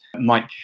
Mike